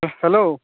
hello